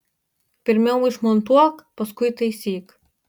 pirmiau išmontuok paskui taisyk